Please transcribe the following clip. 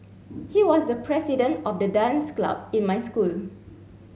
he was the president of the dance club in my school